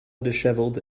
dishevelled